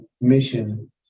mission